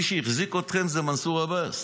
מי שהחזיק אתכם זה מנסור עבאס.